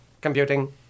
Computing